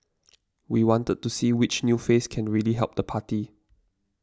we wanted to see which new face can really help the party